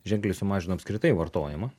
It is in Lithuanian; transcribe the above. ženkliai sumažino apskritai vartojimą